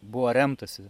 buvo remtasi